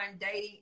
dating